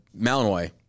Malinois